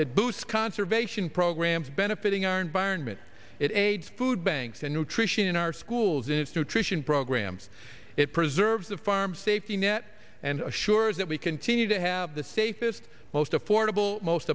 it boosts conservation programs benefiting our environment it aids food banks and nutrition in our schools in its nutrition programs it preserves the farm safety net and assures that we continue to have the safest most affordable most